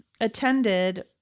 attended